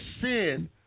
sin